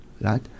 right